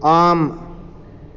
आम्